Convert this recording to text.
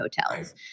hotels